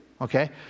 Okay